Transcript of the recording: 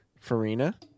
Farina